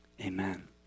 amen